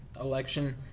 election